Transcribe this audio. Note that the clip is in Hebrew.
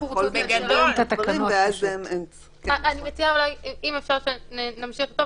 אם אפשר נמשיך פה,